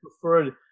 preferred